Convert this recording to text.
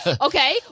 Okay